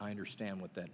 i understand what that